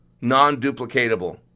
non-duplicatable